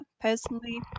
personally